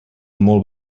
molt